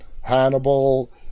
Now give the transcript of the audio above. Hannibal